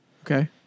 Okay